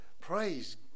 Praise